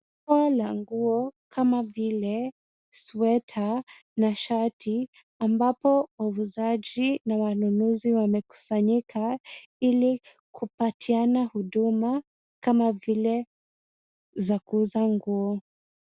Rundo la nguo kama vile sweater na shati ambapo wauzaji na wanunuzi wamekusanyika ili kupatiana huduma kama vile za kuuza nguo.